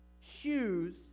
shoes